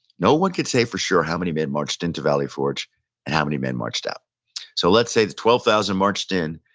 no one can say for sure how many men marched into valley forge and how many men marched out so let's say twelve thousand marched in,